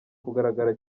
kugaragara